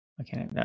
Okay